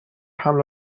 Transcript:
حمل